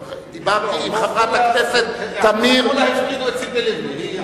אבל דיברתי עם חברת הכנסת תמיר, את ציפי לבני.